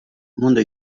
mundu